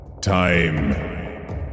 time